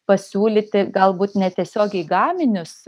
pasiūlyti galbūt netiesiogiai gaminius